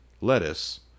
lettuce